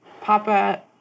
Papa